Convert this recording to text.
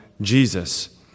Jesus